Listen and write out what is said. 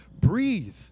Breathe